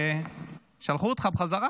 ושלחו אותך בחזרה,